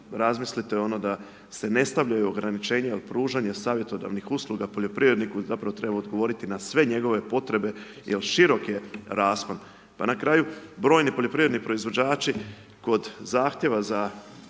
razmilite da se ne stavljaju ograničenja ili pružanja savjetodavnih usluga ili poljoprivredniku zapravo treba odgovoriti na sve njegove potrebe jer širok je raspon. Pa na kraju brojni poljoprivredni proizvođači kod zahtjeva za